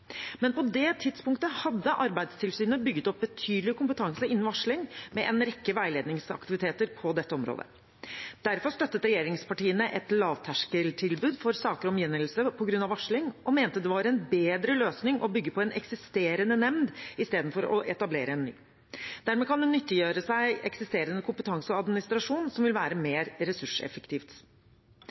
Men på det tidspunktet hadde Arbeidstilsynet bygget opp betydelig kompetanse innen varsling, med en rekke veiledningsaktiviteter på dette området. Derfor støttet regjeringspartiene et lavterskeltilbud for saker om gjengjeldelse på grunn av varsling og mente det var en bedre løsning å bygge på en eksisterende nemnd istedenfor å etablere en ny. Dermed kan en nyttiggjøre seg eksisterende kompetanse og administrasjon, noe som vil være mer ressurseffektivt.